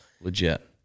Legit